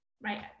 right